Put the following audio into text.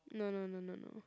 no no no no no